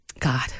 God